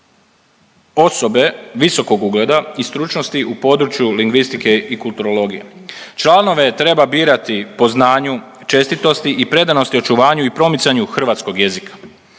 osobe visokog ugleda i stručnosti u području lingvistike i kulturologije. Članove treba birati po znanju, čestitosti i predanosti očuvanju i promicanju hrvatskog jezika.